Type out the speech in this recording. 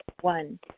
One